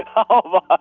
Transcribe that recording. and oh ah